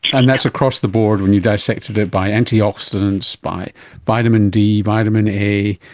and that's across the board when you dissected it by antioxidants, by vitamin d, vitamin a,